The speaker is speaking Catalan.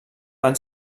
van